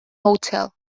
hotel